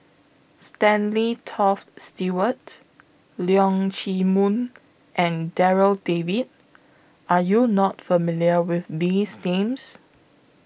Stanley Toft Stewart Leong Chee Mun and Darryl David Are YOU not familiar with These Names